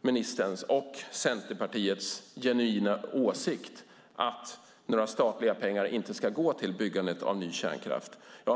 ministerns och Centerpartiets genuina åsikt att några statliga pengar inte ska gå till byggandet av ny kärnkraft.